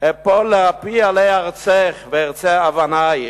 אפול לאפי עלי ארצך וארצה אבנייך,